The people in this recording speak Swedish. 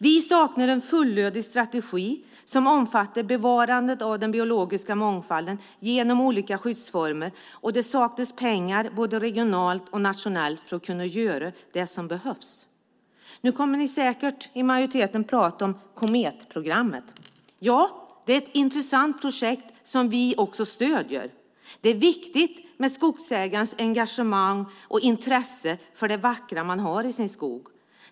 Vi saknar en fullödig strategi som omfattar bevarandet av den biologiska mångfalden genom olika skyddsformer, och det saknas pengar både regionalt och nationellt för att kunna göra det som behövs. Nu kommer ni i majoriteten säkert att prata om Kometprogrammet. Ja, det är ett intressant projekt som vi också stöder. Det är viktigt med skogsägarens engagemang och intresse för det vackra man har i sin skog.